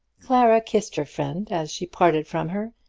clara kissed her friend as she parted from her,